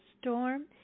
storm